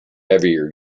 heavier